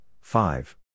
five